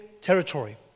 territory